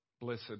blessed